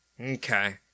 Okay